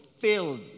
filled